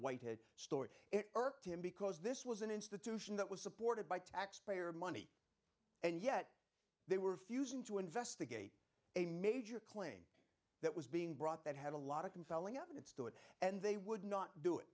white hood story it irked him because this was an institution that was supported by taxpayer money and yet they were fusing to investigate a major claim that was being brought that had a lot of compelling evidence to it and they would not do it